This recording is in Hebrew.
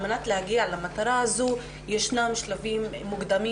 על מנת להגיע למטרה הזו יש שלבים מוקדמים